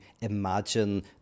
imagine